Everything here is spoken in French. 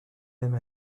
même